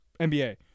NBA